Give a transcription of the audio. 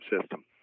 system